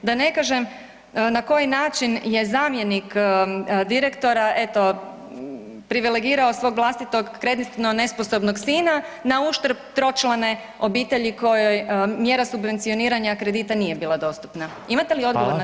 Da ne kažem na koji način je zamjenik direktora, eto, privilegirao svog vlastitog kreditno nesposobnog sina nauštrb tročlane obitelji kojoj mjera subvencioniranja kredita nije bila dostupna [[Upadica: Hvala.]] Imate li odgovor na takva pitanja?